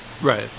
Right